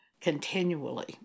continually